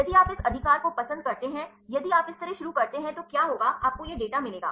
यदि आप इस अधिकार को पसंद करते हैं यदि आप इस तरह शुरू करते हैं तो क्या होगा आपको यह डेटा मिलेगा